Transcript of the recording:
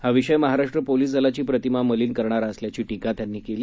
हा विषय महाराष्ट्र पोलिस दलाची प्रतिमा मलीन करणारा असल्याची टीका त्यांनी केली